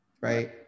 right